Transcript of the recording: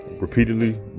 Repeatedly